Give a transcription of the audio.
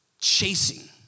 chasing